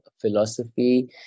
philosophy